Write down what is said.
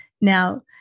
Now